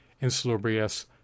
insalubrious